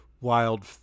wild